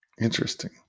Interesting